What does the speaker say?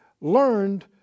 learned